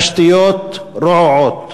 תשתיות רעועות,